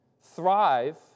thrive